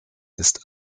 ist